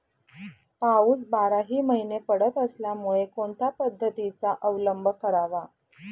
पाऊस बाराही महिने पडत असल्यामुळे कोणत्या पद्धतीचा अवलंब करावा?